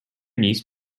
niece